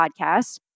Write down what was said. podcast